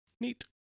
Neat